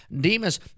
Demas